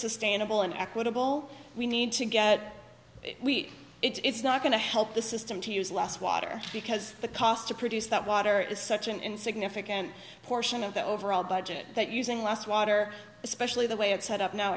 sustainable and equitable we need to get weak it's not going to help the system to use loss water because the cost to produce that water is such an insignificant portion of the overall budget that using less water especially the way it's set up now